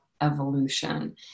evolution